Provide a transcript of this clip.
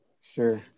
Sure